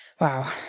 Wow